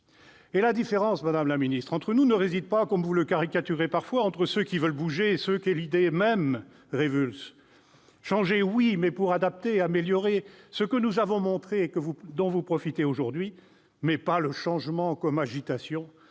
La différence entre nous, madame la ministre, ne réside pas, comme vous le caricaturez parfois, entre ceux qui veulent bouger et ceux que l'idée même révulse. Changer, oui, mais pour adapter, pour améliorer, ce que nous avons montré et dont vous profitez aujourd'hui ! Pas le changement qui